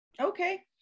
Okay